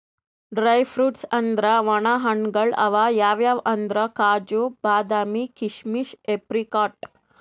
dry fruits ಅಂದ್ರ ವಣ ಹಣ್ಣ್ಗಳ್ ಅವ್ ಯಾವ್ಯಾವ್ ಅಂದ್ರ್ ಕಾಜು, ಬಾದಾಮಿ, ಕೀಶಮಿಶ್, ಏಪ್ರಿಕಾಟ್